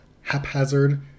haphazard